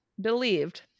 believed